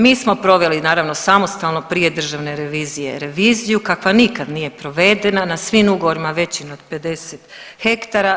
Mi smo proveli naravno samostalno prije Državne revizije reviziju kakva nikad nije provedena na svim ugovorima većim od 50 ha.